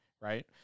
right